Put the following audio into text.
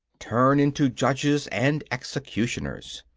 turn into judges, and executioners.